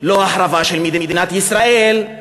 לא החרבה של מדינת ישראל,